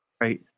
right